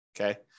Okay